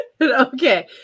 Okay